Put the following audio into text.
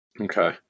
Okay